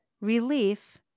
relief